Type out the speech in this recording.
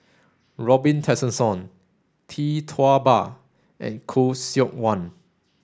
Robin Tessensohn Tee Tua Ba and Khoo Seok Wan